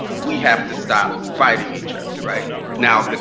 we have to stop fighting each other. right? now, but